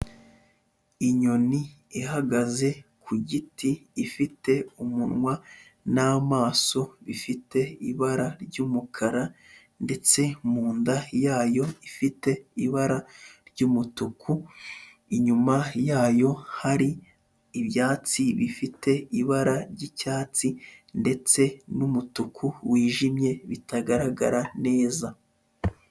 Inyoni ihagaze ku giti ifite umunwa n'amaso bifite ibara ry'umukara ndetse mu nda yayo ifite ibara ry'umutuku, inyuma yayo hari ibyatsi bifite ibara ry'icyatsi ndetse n'umutuku wijimye bitagaragara neza.